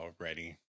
already